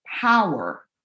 power